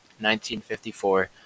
1954